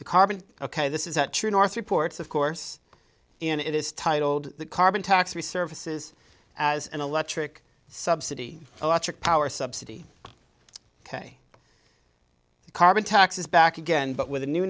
the carbon ok this is that true north reports of course and it is titled carbon tax resurfaces as an electric subsidy electric power subsidy ok the carbon tax is back again but with a new